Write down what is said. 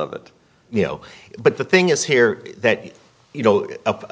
of it you know but the thing is here that you know